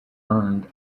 earned